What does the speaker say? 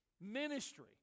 ministry